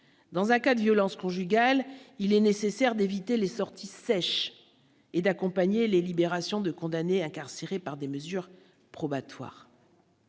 dans un cas de violence conjugale, il est nécessaire d'éviter les sorties sèches et d'accompagner les libérations de condamnés incarcérés par des mesures probatoires.